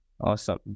Awesome